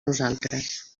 nosaltres